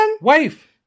Wife